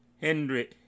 henry